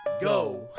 go